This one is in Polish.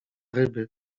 ryby